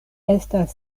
estas